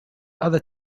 other